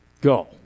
go